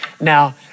Now